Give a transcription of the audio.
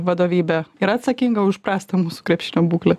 vadovybė yra atsakinga už prastą mūsų krepšinio būklę